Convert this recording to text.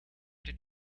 did